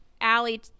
Allie